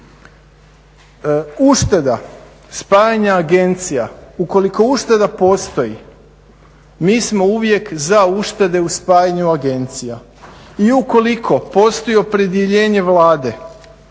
Ušteda spajanja agencija, ukoliko ušteda postoji mi smo uvijek za uštede u spajanju agencija. I ukoliko postoji opredjeljenje Vlade